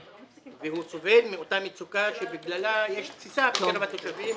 והוא סובל מאותה מצוקה שבגללה יש תסיסה בקרב התושבים.